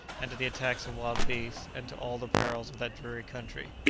and to the attacks of wild beasts, and to all the perils of that dreary country.